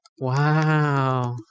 Wow